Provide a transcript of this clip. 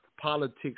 politics